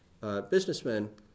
businessmen